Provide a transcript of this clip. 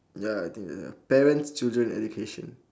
ya I think that the parents children education